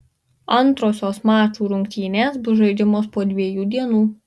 antrosios mačų rungtynės bus žaidžiamos po dviejų dienų